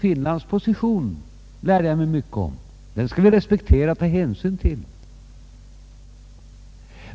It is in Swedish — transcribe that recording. Finlands position lärde jag mig däremot mycket om. Den skall vi respektera och ta hänsyn till.